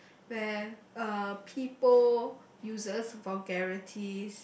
then uh people uses vulgarities